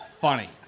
funny